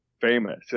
famous